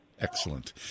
Excellent